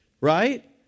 right